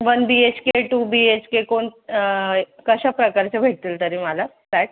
one BHK two BHK कोण कशाप्रकारचे भेटतील तरी मला फ्लॅटस्